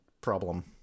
problem